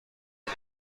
کسی